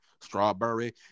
strawberry